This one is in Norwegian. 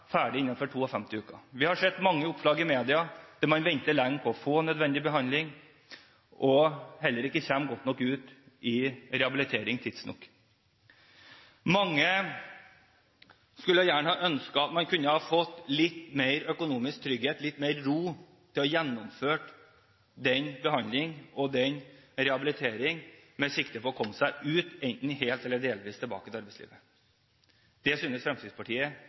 uker. Vi har sett mange oppslag i media om at man venter lenge på å få nødvendig behandling, og at man heller ikke kommer tidsnok ut til rehabilitering. Mange skulle gjerne ha ønsket at de kunne ha fått litt mer økonomisk trygghet, litt mer ro, til å gjennomføre behandling og rehabilitering med sikte på å komme seg enten helt eller delvis tilbake til arbeidslivet. Det synes Fremskrittspartiet